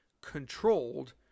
controlled